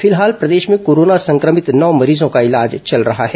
फिलहाल प्रदेश में कोरोना संक्रमित नौ मरीजों का इलाज चल रहा है